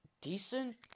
decent